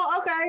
Okay